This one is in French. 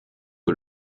que